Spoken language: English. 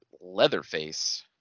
Leatherface